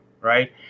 Right